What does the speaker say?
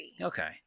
Okay